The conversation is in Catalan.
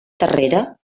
terrera